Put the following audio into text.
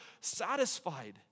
satisfied